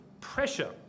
pressure